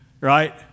right